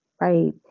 right